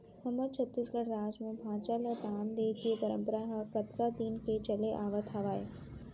हमर छत्तीसगढ़ राज म भांचा ल दान देय के परपंरा ह कतका दिन के चले आवत हावय